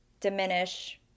diminish